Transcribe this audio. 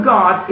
God